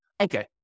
Okay